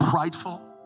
prideful